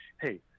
Hey